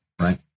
right